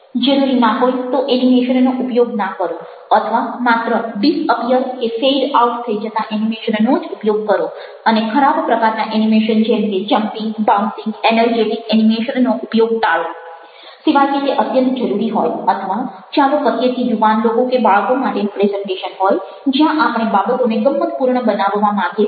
જરૂરી ના હોય તો એનિમેશનનો ઉપયોગ ના કરો અથવા માત્ર ડિસઅપીઅર કે ફેઈડ આઉટ થઈ જતા એનિમેશનનો જ ઉપયોગ કરો અને ખરાબ પ્રકારના એનિમેશન જેમ કે જમ્પિંગ બાઉન્સિંગ એનર્જેટિક એનિમેશનનો ઉપયોગ ટાળો સિવાય કે તે અત્યંત જરૂરી હોય અથવા ચાલો કહીએ કે યુવાન લોકો કે બાળકો માટેનું પ્રેઝન્ટેશન હોય જ્યાં આપણે બાબતોને ગમ્મતપૂર્ણ બનાવવા માંગીએ છીએ